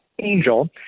Angel